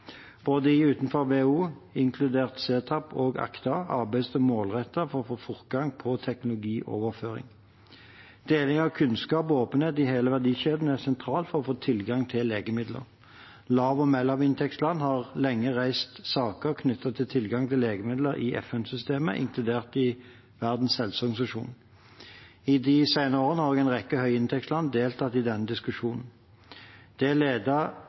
Både i og utenfor WHO, inkludert C-TAP og ACT-A, arbeides det målrettet for å få fortgang på teknologioverføring. Deling av kunnskap og åpenhet i hele verdikjeden er sentralt for å få tilgang til legemidler. Lav- og mellominntektsland har lenge reist saker knyttet til tilgang til legemidler i FN-systemet, inkludert i Verdens helseorganisasjon. I de senere årene har også en rekke høyinntektsland deltatt i denne diskusjonen. Det